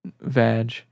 Vag